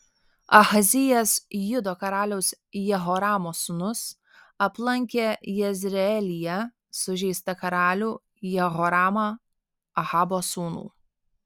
ahazijas judo karaliaus jehoramo sūnus aplankė jezreelyje sužeistą karalių jehoramą ahabo sūnų